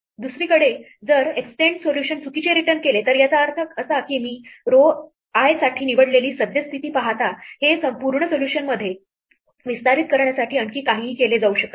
दुसरीकडे जर extend solution चुकीचे रिटर्न केले तर याचा अर्थ असा की मी row I साठी निवडलेली सद्य स्थिती पाहता हे पूर्ण सोल्यूशनमध्ये विस्तारित करण्यासाठी आणखी काहीही केले जाऊ शकत नाही